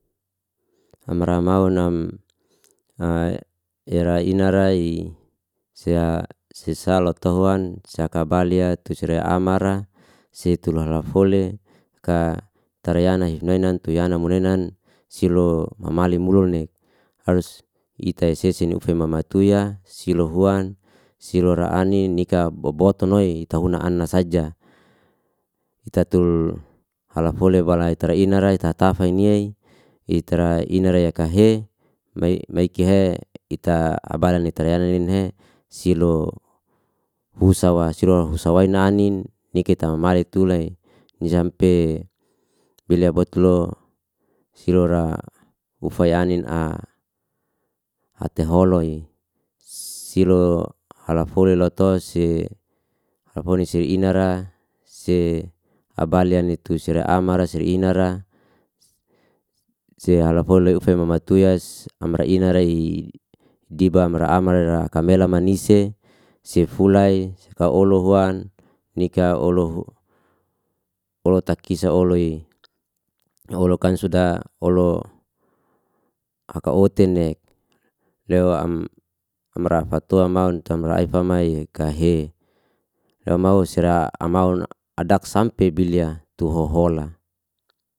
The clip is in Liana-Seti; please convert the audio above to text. Amra maun ina rai se sesa lotu hoan saka balia tusre amara se tu lalafole ka tara yana hifnainan tu yana monenan silo mamale mulone ite eseseni ufe mama tuya silo huan, silo ra ani nika bobo tonoi tahuna ana saja. Ita tul halafole bala tara inara narai tata faine yei, ita ra ina yakahe maikehe ita abadan ni tara ena ninhe silo husa wa silo husa waina anin niketa mamalik tulai jampe beli obatlo silo ra ufayanin ateholoi silo ala fole loto si alfoni si ina ra se abali ni atu sira amara siri ina ra se halafole ufei mama tuyas amra ina narei dibam ra amra kamela manise sefulai kaolu huan nika olohu olo takisa olo kan suda olo aka otenek lewa amra fatua mahun tumra aifamai yekahe yamahu sira amaun adak sampe bilya tu hohola.